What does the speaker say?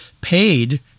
paid